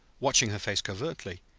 watching her face covertly,